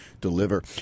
deliver